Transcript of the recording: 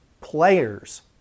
players